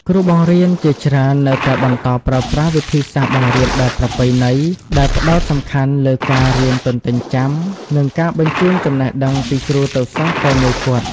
គ្រូបង្រៀនជាច្រើននៅតែបន្តប្រើប្រាស់វិធីសាស្ត្របង្រៀនបែបប្រពៃណី ដែលផ្តោតសំខាន់លើការ រៀនទន្ទេញចាំ និងការបញ្ជូនចំណេះដឹងពីគ្រូទៅសិស្សតែមួយគត់។